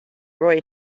roy